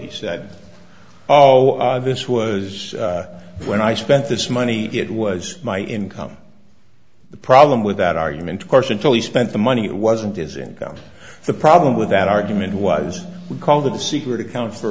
he said oh this was when i spent this money it was my income the problem with that argument of course until he spent the money it wasn't his encounter the problem with that argument was we called the secret account for a